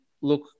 look